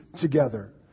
together